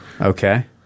Okay